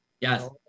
yes